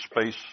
space